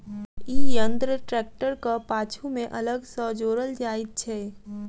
ई यंत्र ट्रेक्टरक पाछू मे अलग सॅ जोड़ल जाइत छै